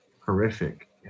horrific